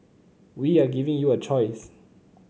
we are giving you a choice